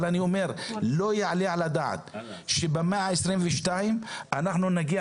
אבל אני אומר לא יעלה על הדעת שבמאה ה-22 אנחנו נגיע